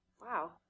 wow